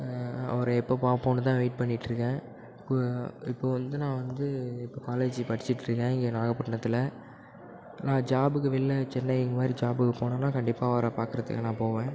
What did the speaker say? அவரை எப்போ பார்ப்போம்னு தான் வெயிட் பண்ணிகிட்டு இருக்கேன் கு இப்போ வந்து நான் வந்து இப்போ காலேஜி படிச்க்சுட்டு இருக்கேன் இங்கே நாகப்பட்னத்தில் நான் ஜாப்புக்கு வெளில சென்னை இந்த மாதிரி ஜாப்புக்கு போனேன்னால் கண்டிப்பாக அவரை பார்க்குறதுக்கா நான் போவேன்